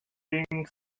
getting